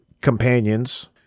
companions